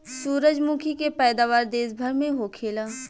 सूरजमुखी के पैदावार देश भर में होखेला